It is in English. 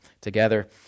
together